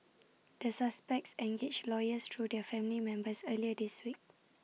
the suspects engaged lawyers through their family members earlier this week